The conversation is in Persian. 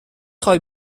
خوای